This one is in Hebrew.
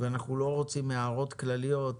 גם אנחנו רואים את היתרונות הגדולים